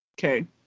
Okay